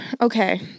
Okay